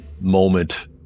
moment